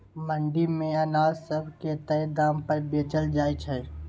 मंडी मे अनाज सब के तय दाम पर बेचल जाइ छै